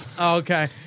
Okay